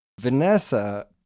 Vanessa